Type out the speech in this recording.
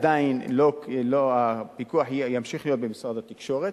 עדיין הפיקוח ימשיך להיות במשרד התקשורת.